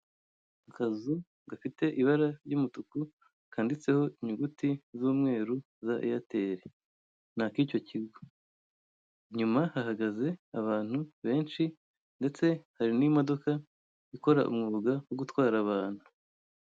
Akazu gafite ibara ry'umutuku kanditseho inyuguti z'umweru za eyateri ni ak'icyo kigo inyuma hahagaze abantu benshi ndetse hari n'imodoka ikora umwuga wo gutwara abantu.